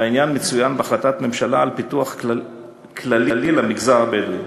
והעניין מצוין בהחלטת ממשלה על פיתוח כללי למגזר הבדואי.